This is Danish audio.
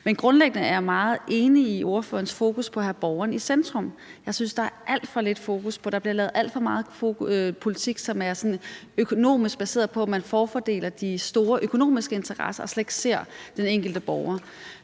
Grundlæggende er jeg meget enig i ordførerens fokus på at have borgeren i centrum. Jeg synes, at der er alt for lidt fokus på det. Der bliver lavet alt for meget politik, som er sådan økonomisk baseret på, at man forfordeler de store økonomiske interesser og slet ikke ser den enkelte borger.